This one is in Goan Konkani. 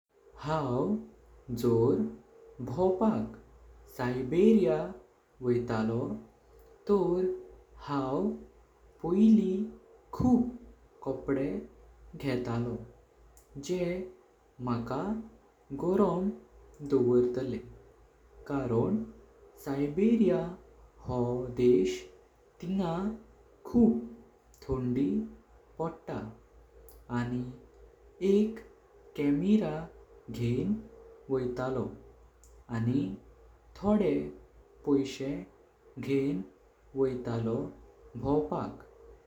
हांव जोर भवीपाक साइबेरिया वयतलो तोर हांव पहले खूब कपडे घेतलो। जे माका गोरों दवरतले कारण साइबेरिया हो देश तेणगा खूब थंडी पड़ता। आणी एक कैमरा घेण वयतलो आणी थोड़े पैशे घेण वयतलो भवीपाक।